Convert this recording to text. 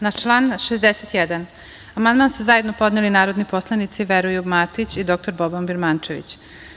Na član 61. amandman su zajedno podneli narodni poslanici Veroljub Matić i dr Boban Birmančević.